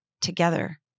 Together